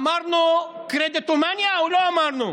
אמרנו קרדיטומניה או לא אמרנו?